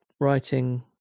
writing